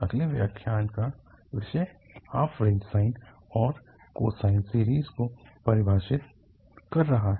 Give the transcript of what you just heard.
अगले व्याख्यान का विषय हाफ रेंज साइन और कोसाइन सीरीज़ को परिभाषित कर रहा है